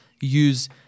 use